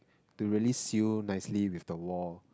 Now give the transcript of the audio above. to really seal nicely with the wall